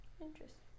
Interesting